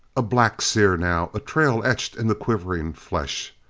a black sear now a trail etched in the quivering flesh.